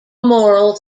morals